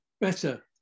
better